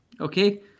Okay